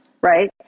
Right